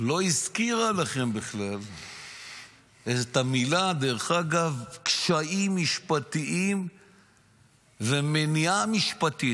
לא הזכירה לכם בכלל את המילה קשיים משפטיים ומניעה משפטית.